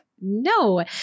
No